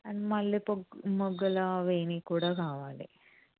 and మల్లె మొగ్గల వేణీ కూడా కావాలి